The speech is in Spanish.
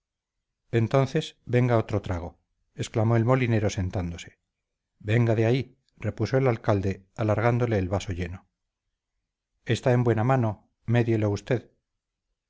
entonces venga otro trago exclamó el molinero sentándose venga de ahí repuso el alcalde alargándole el vaso lleno está en buena mano médielo usted